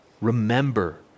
Remember